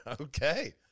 Okay